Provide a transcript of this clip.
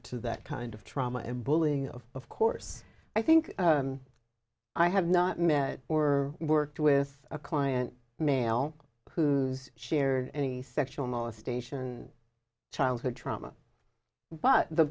to that kind of trauma and bullying of of course i think i have not met or worked with a client male whose share any sexual molestation childhood trauma but the